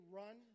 run